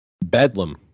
Bedlam